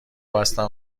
بستم